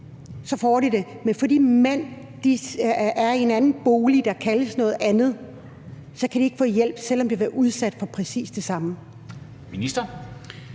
på kvindehjem, men fordi mænd er i en anden bolig, der kaldes noget andet, så kan de ikke få hjælp, selv om de har været udsat for præcis det samme.